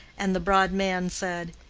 and the broad man said,